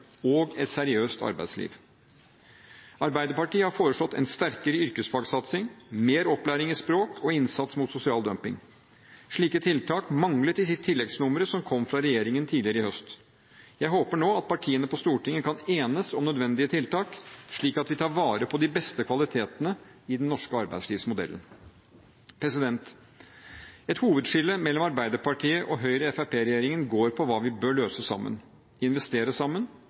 og et seriøst arbeidsliv. Arbeiderpartiet har foreslått en sterkere yrkesfagsatsing, mer opplæring i språk og innsats mot sosial dumping. Slike tiltak manglet i tilleggsnummeret som kom fra regjeringen tidligere i høst. Jeg håper nå at partiene på Stortinget kan enes om nødvendige tiltak, slik at vi tar vare på de beste kvalitetene i den norske arbeidslivsmodellen. Et hovedskille mellom Arbeiderpartiet og Høyre-Fremskrittsparti-regjeringen går på hva vi bør løse sammen, investere i sammen,